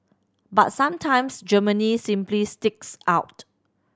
but sometimes Germany simply sticks out